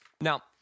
Now